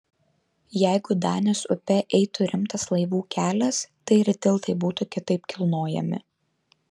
jeigu danės upe eitų rimtas laivų kelias tai ir tiltai būtų kitaip kilnojami